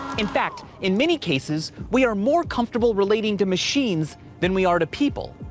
in fact, in many cases, we are more comfortable relating to machines than we are to people.